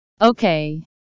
Okay